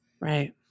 Right